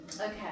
okay